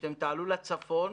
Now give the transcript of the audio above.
כשאתם תעלו לצפון